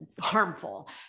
harmful